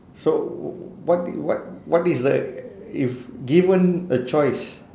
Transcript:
so wh~ what did what what is the if given a choice